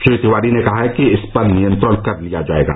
श्री तिवारी ने कहा कि इस पर नियंत्रण कर लिया जाएगा